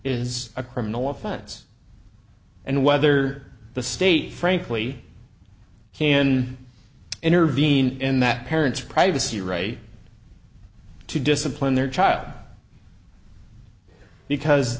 is a criminal offense and whether the state frankly can intervene in that parent's privacy right to discipline their child because